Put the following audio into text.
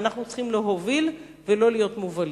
ואנחנו צריכים להוביל ולא להיות מובלים.